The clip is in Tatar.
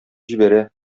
җибәрә